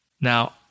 Now